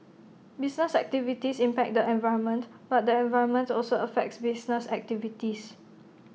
business activities impact the environment but the environment also affects business activities